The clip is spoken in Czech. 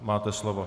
Máte slovo.